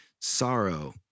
sorrow